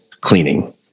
cleaning